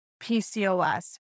PCOS